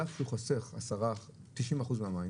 על אף שהוא חוסך 90% מהמים